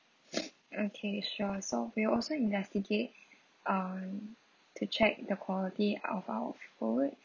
okay sure so we'll also investigate uh to check the quality of our food